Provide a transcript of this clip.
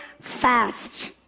fast